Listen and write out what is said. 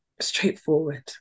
straightforward